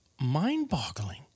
mind-boggling